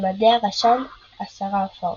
במדיה רשם 10 הופעות.